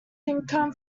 income